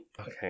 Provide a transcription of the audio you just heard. Okay